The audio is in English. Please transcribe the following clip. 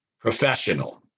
Professional